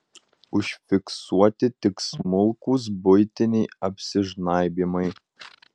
užfiksuoti tik smulkūs buitiniai apsižnaibymai